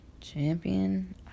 champion